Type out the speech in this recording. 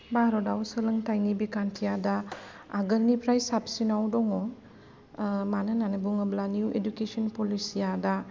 भारत आव सोलोंथाय बिखान्थिआ दा आगोलनिफ्राय साबसिनाव दङ मानो होननानै बुङोब्ला निउ इडुकेस'न पलिसिआ दा